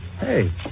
Hey